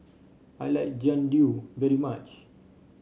I like Jian Dui very much